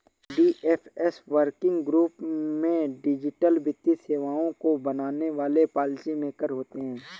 DFS working group में digital वित्तीय सेवाओं को बनाने वाले पॉलिसी मेकर होते हैं